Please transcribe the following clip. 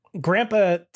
Grandpa